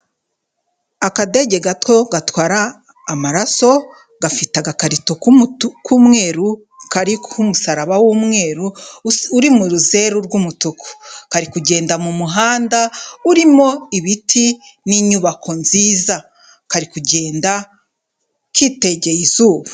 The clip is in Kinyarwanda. Akadege gato gatwara amaraso, gafite agakarito k'umweru kari ku musaraba w'umweru, uri mu ruzeru rw'umutuku. kari kugenda mu muhanda urimo ibiti n'inyubako nziza. Kari kugenda kitegeye izuba.